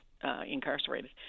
Incarcerated